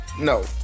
No